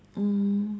um